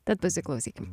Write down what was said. tad pasiklausykime